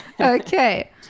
Okay